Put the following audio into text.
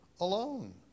alone